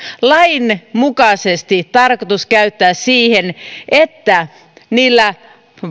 lain mukaisesti tarkoitus käyttää siihen että niillä